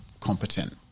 competent